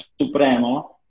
Supremo